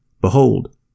Behold